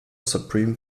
supreme